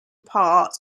part